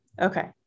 Okay